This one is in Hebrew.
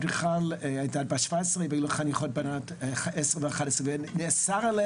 היא הייתה בת 17 והיא חינכה ילדות בנות 11-10. נאסר עליה